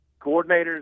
coordinators